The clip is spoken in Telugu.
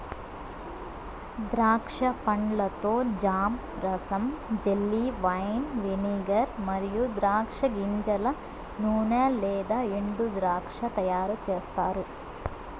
ద్రాక్ష పండ్లతో జామ్, రసం, జెల్లీ, వైన్, వెనిగర్ మరియు ద్రాక్ష గింజల నూనె లేదా ఎండుద్రాక్ష తయారుచేస్తారు